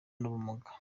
n’ubumuga